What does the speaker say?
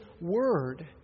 word